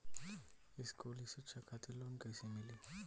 स्कूली शिक्षा खातिर लोन कैसे मिली?